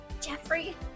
Jeffrey